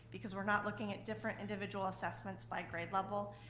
because we're not looking at different individual assessments by grade level,